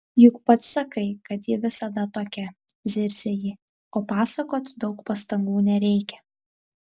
juk pats sakai kad ji visada tokia zirzia ji o pasakot daug pastangų nereikia